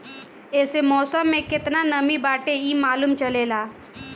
एसे मौसम में केतना नमी बाटे इ मालूम चलेला